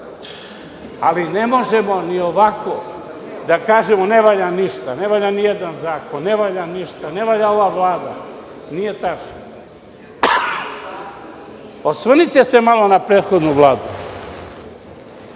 Ne možemo ni ovako da kažemo ne valja ništa, ne valja ni jedan zakon, ne valja ova vlada. Nije tačno. Osvrnite se malo na prethodnu Vladu,